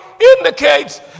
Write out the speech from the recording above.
indicates